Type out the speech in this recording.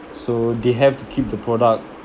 so they have to keep the product